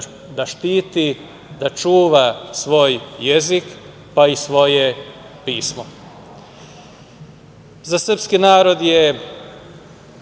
da štiti, da čuva svoj jezik, pa i svoje pismo.Za srpski narod je